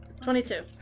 Twenty-two